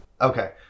okay